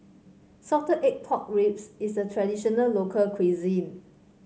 Salted Egg Pork Ribs is a traditional local cuisine